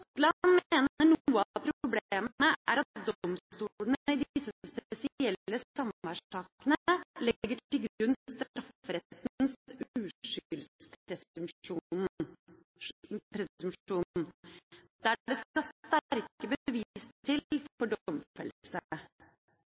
noe av problemet er at domstolene i disse spesielle samværssakene legger til grunn strafferettens uskyldspresumpsjon, der det skal sterke bevis til for domfellelse.